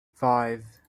five